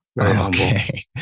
Okay